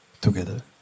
together